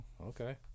okay